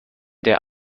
der